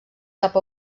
cap